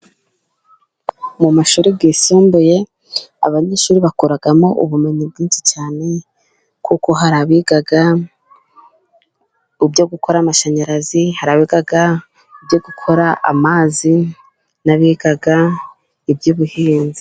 Mu mashuri yisumbuye abanyeshuri bakuramo ubumenyi bwinshi cyane, kuko hari abiga ibyo gukora amashanyarazi, hari abiga ibyo gukora amazi, n'abiga iby'ubuhinzi.